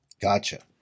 Gotcha